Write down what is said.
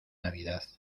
navidad